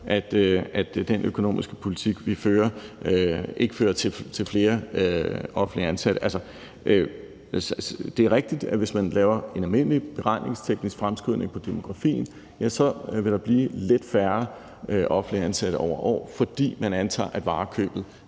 at den økonomiske politik, vi fører, ikke fører til flere offentligt ansatte. Det er rigtigt, at hvis man laver en almindelig beregningsteknisk fremskrivning på baggrund af demografien, vil der over år være lidt færre offentligt ansatte, fordi man antager, at varekøbet